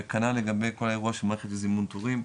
וכנ"ל לגבי כל האירוע של מערכת זימון תורים,